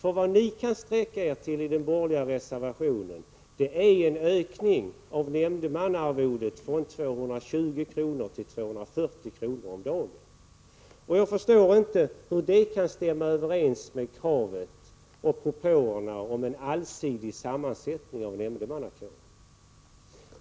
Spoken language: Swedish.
Ni kan ju sträcka er till en ökning av nämndemannaarvodet från 220 kr. till 240 kr. om dagen. Jag förstår inte hur detta kan stämma överens med propåerna om en allsidig sammansättning av nämndemannakåren.